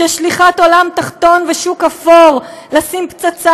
של שליחת העולם התחתון והשוק האפור לשים פצצה